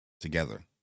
together